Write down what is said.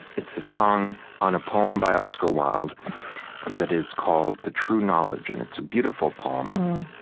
it's a song on a poem by oscar wilde that is called the true knowledge. and it's a beautiful poem.